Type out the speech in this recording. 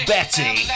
Betty